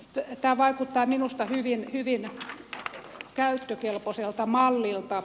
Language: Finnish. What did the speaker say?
tämä vaikuttaa minusta hyvin käyttökelpoiselta mallilta